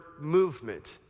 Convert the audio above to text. movement